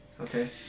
Okay